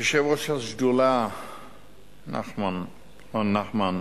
יושב-ראש השדולה נחמן שי,